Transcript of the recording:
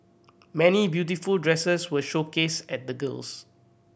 many beautiful dresses were showcased at the gills